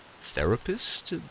therapist